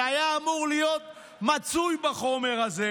שהיה אמור להיות מצוי בחומר הזה,